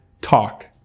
talk